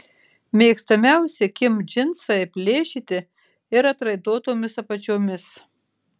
mėgstamiausi kim džinsai plėšyti ir atraitotomis apačiomis